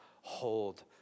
hold